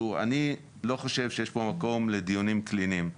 תראו, אני לא חושב שיש פה מקום לדיונים קליניים.